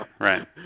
right